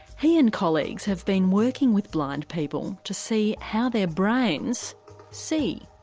he and colleagues have been working with blind people to see how their brains see.